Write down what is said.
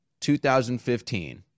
2015